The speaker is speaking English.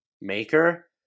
maker